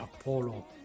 Apollo